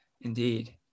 indeed